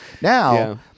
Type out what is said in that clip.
Now